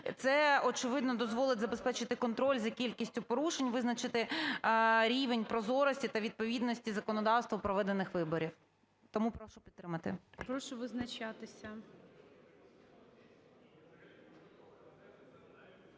Це, очевидно, дозволить забезпечити контроль за кількістю порушень, визначити рівень прозорості та відповідності законодавству проведених виборів. Тому прошу підтримати. ГОЛОВУЮЧИЙ. Прошу визначатися.